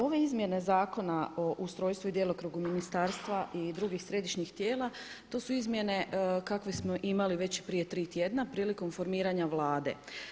Ove izmjena Zakona o ustrojstvu i djelokrugu ministarstva i drugih središnjih tijela, to su izmjene kakve smo imali već prije 3 tjedna prilikom formiranja Vlade.